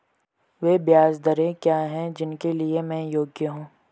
वे ब्याज दरें क्या हैं जिनके लिए मैं योग्य हूँ?